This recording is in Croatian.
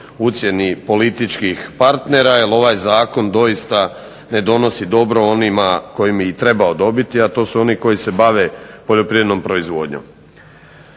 ucjeni političkih partnera jer ovaj zakon doista ne donosi dobro onima kojim bi trebao donositi, a to su oni koji se bave poljoprivrednom proizvodnjom.